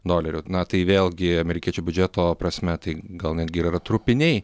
dolerių na tai vėlgi amerikiečių biudžeto prasme tai gal netgi ir yra trupiniai